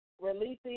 releasing